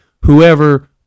whoever